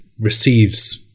receives